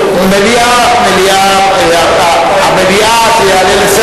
מליאה יותר טוב.